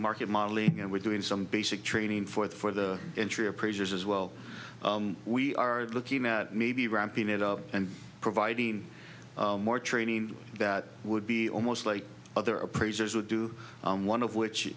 market modeling and we're doing some basic training for the for the entry appraisers as well we are looking at maybe ramping it up and providing more training that would be almost like other appraisers would do one of which